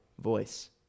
voice